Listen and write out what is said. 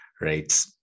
right